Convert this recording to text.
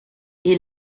est